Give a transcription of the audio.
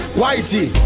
whitey